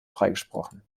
freigesprochen